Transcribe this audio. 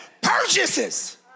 purchases